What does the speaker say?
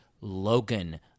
Logan